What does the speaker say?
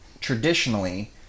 Traditionally